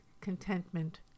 contentment